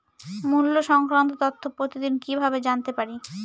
মুল্য সংক্রান্ত তথ্য প্রতিদিন কিভাবে জানতে পারি?